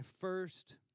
first